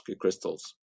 crystals